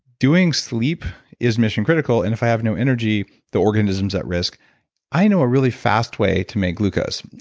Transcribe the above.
doing sleep is mission critical and if i have no energy, the organism is at risk i know a really fast way to make glucose.